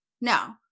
no